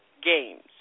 Games